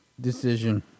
decision